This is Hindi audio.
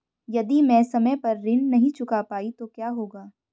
यदि मैं समय पर ऋण नहीं चुका पाई तो क्या होगा?